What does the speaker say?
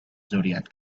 zodiac